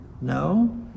No